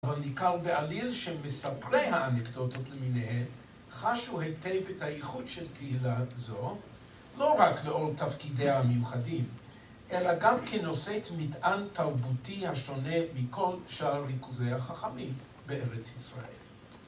אבל ניכר בעליל שמספרי האנקדוטות למיניהן חשו היטב את היחוד של קהילת זו לא רק לאור תפקידיה המיוחדים, אלא גם כנושאת מטען תרבותי השונה מכל שאר ריכוזי החכמים בארץ ישראל.